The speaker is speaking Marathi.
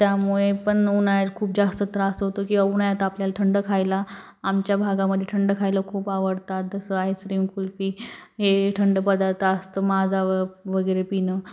त्यामुळे पण उन्हाळ्यात खूप जास्त त्रास होतो किंवा उन्हाळ्यात आपल्याला थंड खायला आमच्या भागामध्ये थंड खायला खूप आवडतात जसं आईस्क्रीम कुल्फी हे थंड पदार्थ असतं माझा वगैरे पिणं